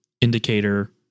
indicator